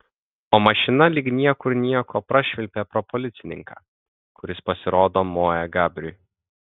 o mašina lyg niekur nieko prašvilpė pro policininką kuris pasirodo moja gabriui